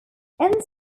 instead